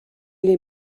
est